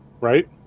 Right